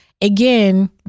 again